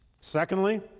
Secondly